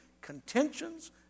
contentions